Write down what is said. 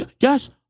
yes